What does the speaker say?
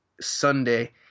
Sunday